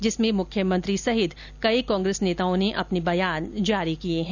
जिसमें कई मुख्यमंत्री सहित कई कांग्रेस नेताओं ने अपने बयान जारी किए हैं